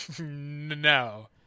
No